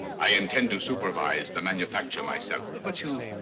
i intend to supervise the manufacture myself. but you.